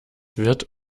wird